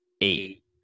Eight